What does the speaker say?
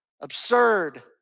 absurd